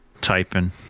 typing